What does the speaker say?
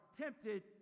tempted